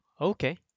Okay